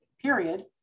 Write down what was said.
Period